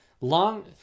long